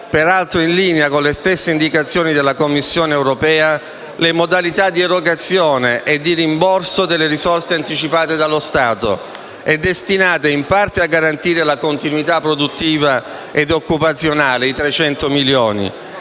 peraltro in linea con le stesse indicazioni della Commissione europea, le modalità di erogazione e di rimborso delle risorse anticipate dallo Stato e destinate, in parte, a garantire la continuità produttiva ed occupazionale (300 milioni)